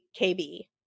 KB